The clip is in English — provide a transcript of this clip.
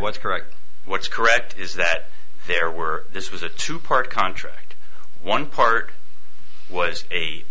what's correct what's correct is that there were this was a two part contract one part was the